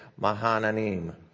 Mahananim